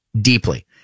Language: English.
deeply